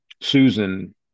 Susan